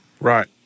Right